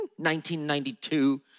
1992